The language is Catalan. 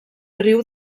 riu